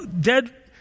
dead